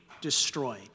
destroyed